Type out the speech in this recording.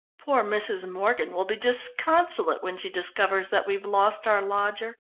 poor mrs. morgan will be disconsolate when she discovers that we've lost our lodger.